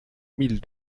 mille